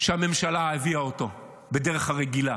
שהממשלה הביאה בדרך הרגילה,